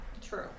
true